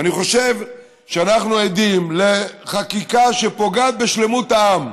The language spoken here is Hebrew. אני חושב שאנחנו עדים לחקיקה שפוגעת בשלמות העם.